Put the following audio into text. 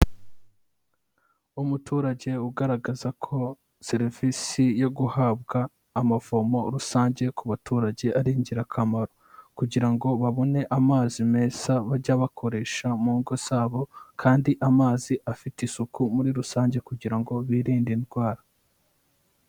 Umuturage ugaragaza ko serivisi yo guhabwa amavomo rusange ku baturage ari ingirakamaro, kugira ngo babone amazi meza bajya bakoresha mu ngo zabo kandi amazi afite isuku muri rusange kugira ngo birinde indwara.